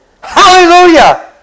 Hallelujah